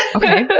ah okay, but